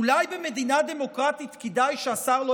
אולי במדינה דמוקרטית כדאי שהשר לא